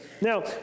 Now